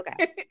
okay